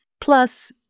Plus